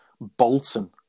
Bolton